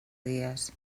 dies